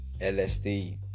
LSD